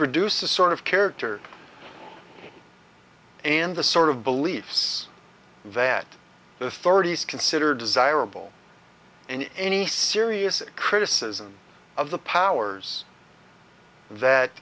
produce the sort of character and the sort of beliefs that the authorities consider desirable and any serious criticism of the powers that